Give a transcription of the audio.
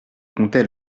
comptais